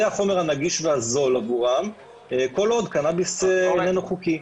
החומר הנגיש והזול עבורם כל עוד קנביס איננו חוקי.